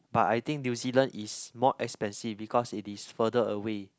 but I think New-Zealand is more expensive because it is further away